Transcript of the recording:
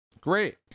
Great